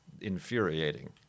infuriating